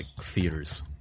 theaters